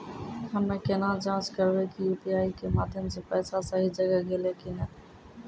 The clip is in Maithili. हम्मय केना जाँच करबै की यु.पी.आई के माध्यम से पैसा सही जगह गेलै की नैय?